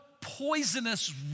poisonous